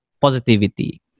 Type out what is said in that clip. positivity